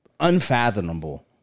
unfathomable